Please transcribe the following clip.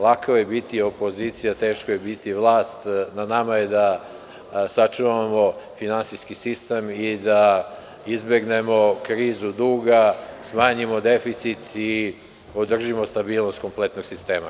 Lako je biti opozicija, a teško je biti vlast, i na nama je da sačuvamo finansijski sistem i da izbegnemo krizu duga, smanjimo deficit i održimo stabilnost kompletnog sistema.